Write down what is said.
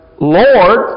Lord